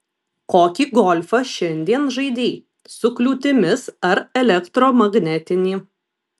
kokį golfą šiandien žaidei su kliūtimis ar elektromagnetinį